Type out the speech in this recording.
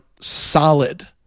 solid